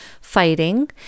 fighting